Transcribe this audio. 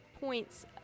points